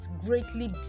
greatly